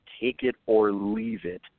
take-it-or-leave-it